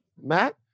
Matt